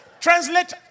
translate